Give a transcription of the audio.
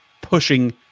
pushing